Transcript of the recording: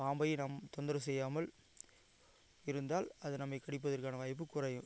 பாம்பை நாம் தொந்தரவு செய்யாமல் இருந்தால் அது நம்மை கடிப்பதற்கான வாய்ப்பு குறையும்